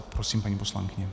Prosím, paní poslankyně.